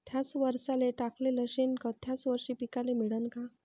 थ्याच वरसाले टाकलेलं शेनखत थ्याच वरशी पिकाले मिळन का?